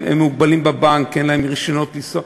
הם מוגבלים בבנק, אין להם רישיונות נהיגה.